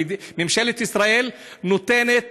ממשלת ישראל נותנת